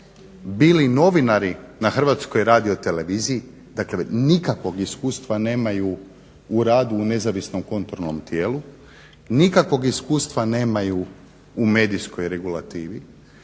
bili novinari na HRT-u, dakle nikakvog iskustva nemaju u radu u nezavisnom kontrolnom tijelu, nikakvog iskustva nemaju u medijskoj regulativi,